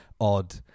odd